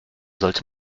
sollte